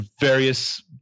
various